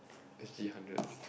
S_G hundred